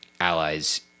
allies